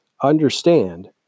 understand